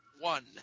One